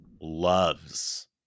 loves